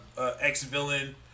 ex-villain